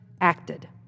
acted